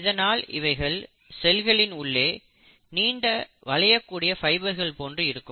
இதனால் இவைகள் செல்களின் உள்ளே நீண்ட வளையக்கூடிய ஃபைபர்கள் போன்று இருக்கும்